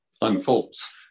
unfolds